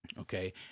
Okay